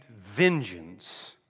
vengeance